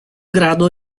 grado